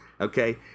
Okay